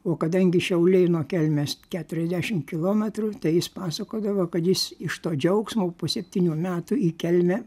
o kadangi šiauliai nuo kelmės keturiasdešim kilometrų tai jis pasakodavo kad jis iš to džiaugsmo po septynių metų į kelmę